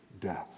death